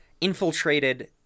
infiltrated